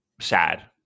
sad